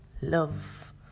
Love